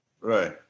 Right